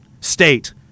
state